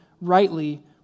rightly